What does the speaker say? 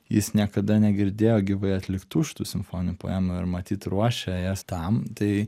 jis niekada negirdėjo gyvai atliktų šitų simfoninių poemų ir matyt ruošė jas tam tai